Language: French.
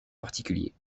particulier